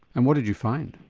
and what did you find?